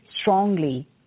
strongly